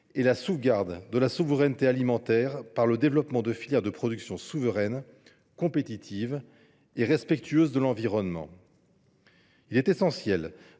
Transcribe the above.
et la sauvegarde de notre souveraineté alimentaire, par le développement de filières de production souveraines, compétitives et respectueuses de l’environnement. Il est essentiel